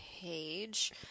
page